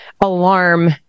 alarm